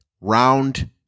Round